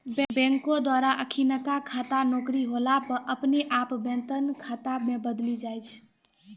बैंको द्वारा अखिनका खाता नौकरी होला पे अपने आप वेतन खाता मे बदली जाय छै